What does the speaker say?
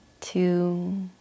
two